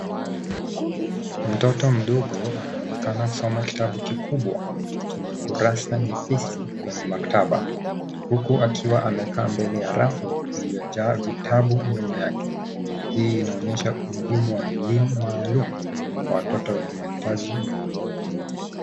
Mtoto mdogo anaonekana kusoma kitabu kikubwa chenye kurasa nyepesi kwenye maktaba huku akiwa amekaa mbele ya rafu iliyojaa vitabu nyuma yake. Hii inaonyesha umuhimu wa elimu maalum kwa watoto wenye mahitaji